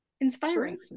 inspiring